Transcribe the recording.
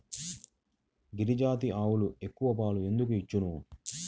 గిరిజాతి ఆవులు ఎక్కువ పాలు ఎందుకు ఇచ్చును?